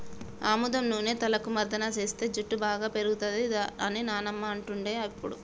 ఆముదం నూనె తలకు మర్దన చేస్తే జుట్టు బాగా పేరుతది అని నానమ్మ అంటుండే ఎప్పుడు